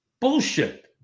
bullshit